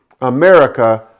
America